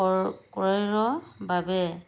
কৰ ক্ৰয়ৰ বাবে